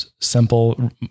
simple